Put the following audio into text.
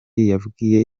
yabwiye